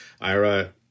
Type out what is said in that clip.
Ira